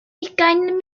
ugain